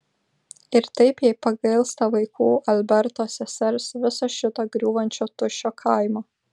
ir taip jai pagailsta vaikų alberto sesers viso šito griūvančio tuščio kaimo